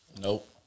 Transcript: Nope